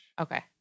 Okay